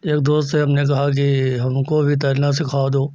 एक दोस्त से हमने कहा कि हमको भी तैरना सिखा दो